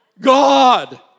God